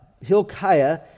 Hilkiah